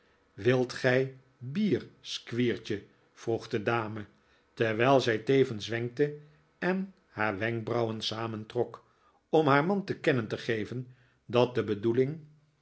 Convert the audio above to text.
wilt gij bier squeertje vroeg de dame terwijl zij tevens wenkte en haar wenkbrauwen samentrok om haar maii te kennen te geven dat de bedoeling